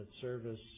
service